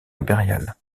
impériales